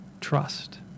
trust